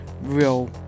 real